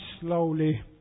slowly